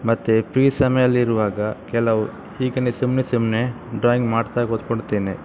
ಮತ್ತು ಫ್ರೀ ಸಮಯಲ್ಲಿರುವಾಗ ಕೆಲವು ಹೀಗೇ ಸುಮ್ಮನೆ ಸುಮ್ಮನೆ ಡ್ರಾಯಿಂಗ್ ಮಾಡ್ತಾ ಕೂತ್ಕೊಳ್ತೇನೆ